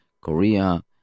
Korea